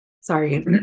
sorry